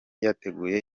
yateguye